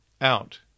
out